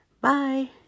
Bye